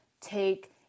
take